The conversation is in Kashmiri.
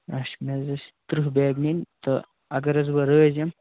اچھا مےٚ حظ ٲسۍ تٕرٛہ بیگ نِنۍ تہٕ اگر حظ بہٕ رٲزۍ یِم